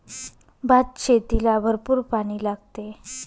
भातशेतीला भरपूर पाणी लागते